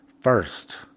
first